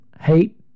hate